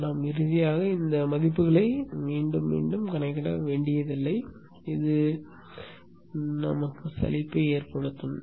எனவே நாம் இறுதியாக இந்த மதிப்புகளை மீண்டும் மீண்டும் கணக்கிட வேண்டியதில்லை இது சலிப்பை ஏற்படுத்தும்